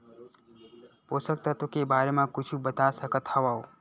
पोषक तत्व के बारे मा कुछु बता सकत हवय?